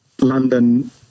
London